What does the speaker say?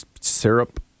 syrup